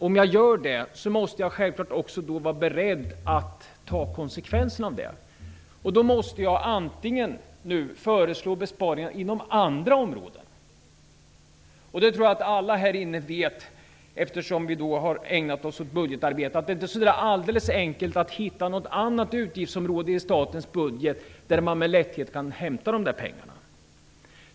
Om jag gör det måste jag självklart också vara beredd att ta konsekvensen av det. Då måste jag föreslå besparingar inom andra områden. Eftersom vi har ägnat oss åt budgetarbete vet vi alla att det inte är alldeles enkelt att hitta något annat utgiftsområde i statens budget där man med lätthet kan hämta dessa pengar.